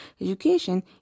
education